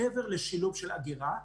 מעבר לשילוב של אגירה,